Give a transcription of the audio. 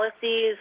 policies